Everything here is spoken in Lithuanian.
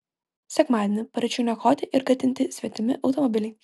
sekmadienį paryčiui niokoti ir gadinti svetimi automobiliai